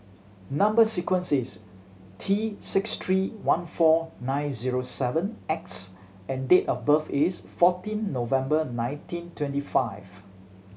number sequence is T six three one four nine zero seven X and date of birth is fourteen November nineteen twenty five